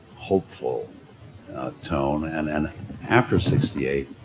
hopeful tone and and after sixty eight